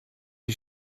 die